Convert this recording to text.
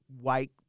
white